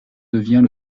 devient